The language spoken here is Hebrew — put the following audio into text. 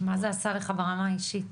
מה זה עשה לך ברמה האישית?